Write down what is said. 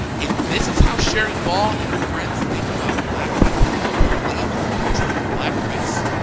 if this is how charing ball and her friends think about black people who believe in the future of the black race,